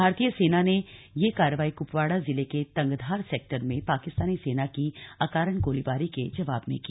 भारतीय सेना ने यह कार्रवाई क्पवाड़ा जिले के तंगधार सेक्टर में पाकिस्तानी सेना की अकारण गोलीबारी के जवाब में की